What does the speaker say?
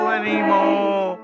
anymore